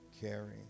caring